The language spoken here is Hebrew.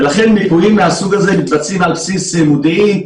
ולכן מיפויים מהסוג הזה מתבצעים על בסיס מודיעין,